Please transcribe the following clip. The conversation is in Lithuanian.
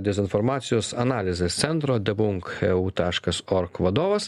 dezinformacijos analizės centro debunk eu taškas org vadovas